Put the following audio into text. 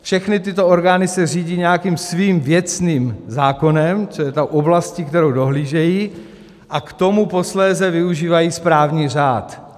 Všechny tyto orgány se řídí nějakým svým věcným zákonem, čili tou oblastí, kterou dohlížejí, a k tomu posléze využívají správní řád.